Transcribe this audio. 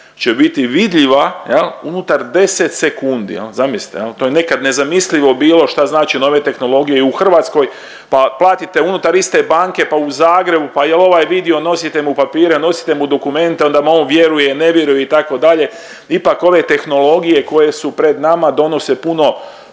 će biti vidljiva unutar 10 sekundi, zamislite. To je nekad nezamislivo bilo šta znače nove tehnologije i u Hrvatskoj, pa platite unutar iste banke pa u Zagrebu pa jel ovaj vidio, nosite mu papire, nosite mu dokumente onda vam on vjeruje, ne vjeruje itd., ipak ove tehnologije koje su pred nama donose puno